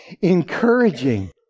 encouraging